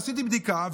עשיתי בדיקה,